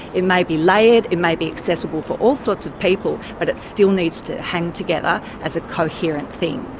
it may be layered, it may be accessible for all sorts of people, but it still needs to hang together as a coherent thing.